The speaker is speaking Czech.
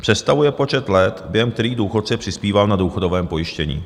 Představuje počet let, během kterých důchodce přispíval na důchodové pojištění.